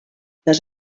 les